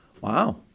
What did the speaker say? Wow